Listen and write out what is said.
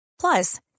Plus